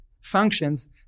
functions